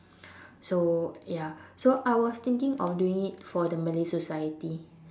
so ya so I was thinking of doing it for the Malay society